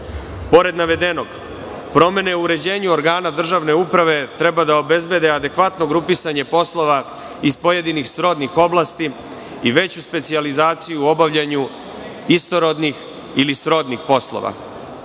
navedenog, promene uređenja organa državne uprave treba da obezbede adekvatno grupisanje poslova iz pojedinih srodnih oblasti i veću specijalizaciju u obavljanju istorodnih ili srodnih poslova,